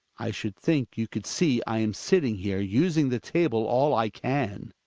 i should think you could see i am sitting here using the table all i can!